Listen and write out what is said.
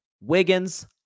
Wiggins